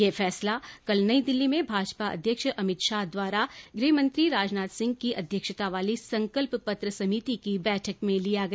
यह फैसला कल नई दिल्ली में भाजपा अध्यक्ष अमित शाह द्वारा गृहमंत्री राजनाथ सिंह की अध्यक्षता वाली संकल्प पत्र समिति की बैठक में लिया गया